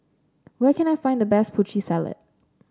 where can I find the best Putri Salad